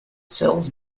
sells